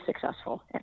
successful